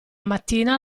mattina